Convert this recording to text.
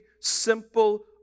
simple